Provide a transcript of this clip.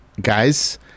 Guys